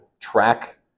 track